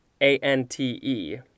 A-N-T-E